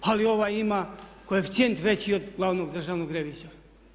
Ali ovaj ima koeficijent veći od glavnog državnog revizora.